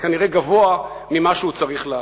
וכנראה גבוה ממה שהוא צריך לעלות.